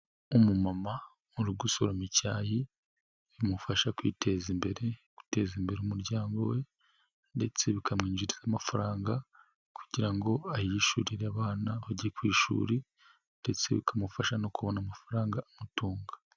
Umumama mu gusuramo icyayi bimufasha kwiteza imbere, guteza imbere umuryango we, ndetse bikamwinjiriza amafaranga kugira ngo ayishurire abana bajye ku ishuri ndetse bikamufasha no kubona amafaranga amutunga.